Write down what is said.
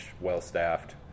well-staffed